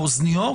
האוזניות?